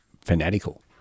fanatical